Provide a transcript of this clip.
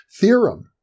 Theorem